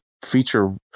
feature